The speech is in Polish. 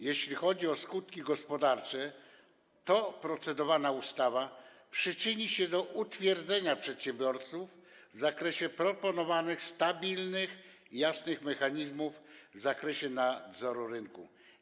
Jeśli chodzi o skutki gospodarcze, procedowana ustawa przyczyni się do utwierdzenia przedsiębiorców w zakresie proponowanych, stabilnych i jasnych mechanizmów dotyczących nadzoru nad rynkiem.